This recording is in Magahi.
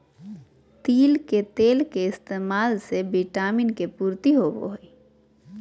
तिल के तेल के इस्तेमाल से विटामिन के पूर्ति होवो हय